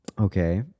Okay